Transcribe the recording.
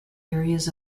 areas